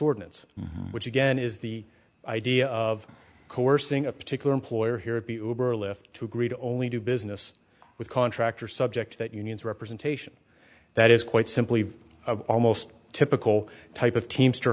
ordinance which again is the idea of coercing a particular employer here at the oberlin to agree to only do business with contractors subject that unions representation that is quite simply of almost typical type of teamster